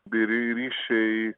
bei ry ryšiai